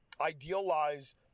idealize